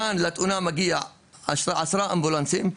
כאן לתאונה מגיעים עשרה אמבולנסים,